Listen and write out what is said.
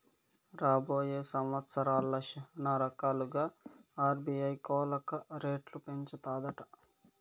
రాబోయే సంవత్సరాల్ల శానారకాలుగా ఆర్బీఐ కోలక రేట్లు పెంచతాదట